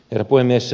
herra puhemies